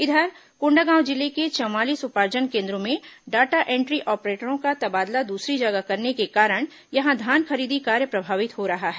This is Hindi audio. इधर कोंडागांव जिले के चवालीस उपार्जन केन्द्रों में डाटा एंट्री ऑपरेटरों का तबादला दूसरी जगह करने के कारण यहां धान खरीदी कार्य प्रभावित हो रहा है